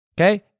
okay